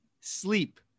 Sleep